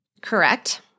Correct